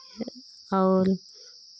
और